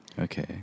Okay